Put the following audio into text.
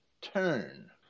turn